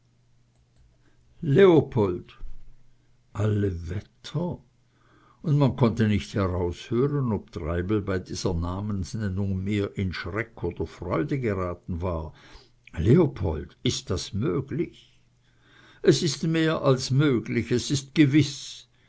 leopold alle wetter und man konnte nicht heraushören ob treibel bei dieser namensnennung mehr in schreck oder freude geraten war leopold ist es möglich es ist mehr als möglich es ist gewiß